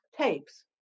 tapes